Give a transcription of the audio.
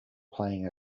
playing